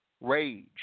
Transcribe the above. rage